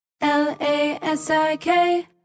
L-A-S-I-K